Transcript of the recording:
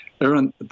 Aaron